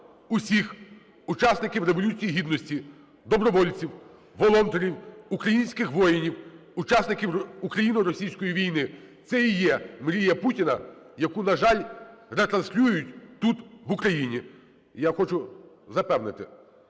всіх учасників Революції Гідності, добровольців, волонтерів, українських воїнів, учасників україно-російської війни. Це і є мрія Путіна, яку, на жаль, ретранслюють тут, в Україні. Я хочу запевнити